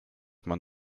man